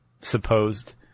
supposed